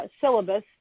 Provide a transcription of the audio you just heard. syllabus